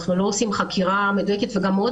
אנחנו לא עושים חקירה מדויקת וגם מאוד